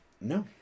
No